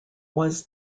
was